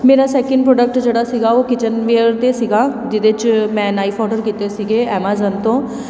ਮੇਰਾ second product ਜਿਹੜਾ ਸੀਗਾ ਉਹ ਕਿਚਨਵੇਅਰ 'ਤੇ ਸੀਗਾ ਜਿਹਦੇ 'ਚ ਮੈਂ ਨਾਈਫ ਔਡਰ ਕੀਤੇ ਸੀਗੇ ਐਮਾਜੋਨ ਤੋਂ